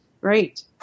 great